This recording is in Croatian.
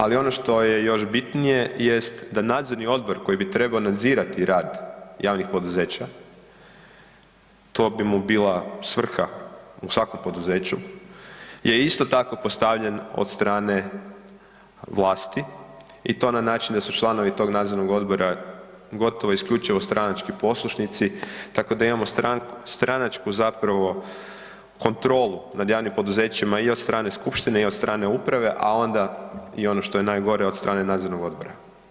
Ali ono što je još bitnije jest da nadzorni odbor koji bi trebao nadzirati rad javnih poduzeća, to bi mu bila svrha u svakom poduzeću je isto tako postavljen od strane vlasti i to na način da su članovi tog nadzornog odbora gotovo isključivo stranački poslušnici, tako da imamo stranačku zapravo kontrolu nad javim poduzećima i od strane skupštine i od strane uprave, a onda i ono što je najgore od strane nadzornog odbora.